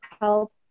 help